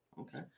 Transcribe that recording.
Okay